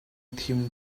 ṭhiam